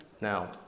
Now